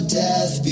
death